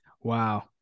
Wow